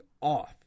off